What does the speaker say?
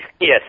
Yes